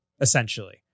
essentially